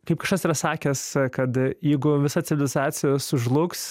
kaip kažkas yra sakęs kad jeigu visa civilizacija sužlugs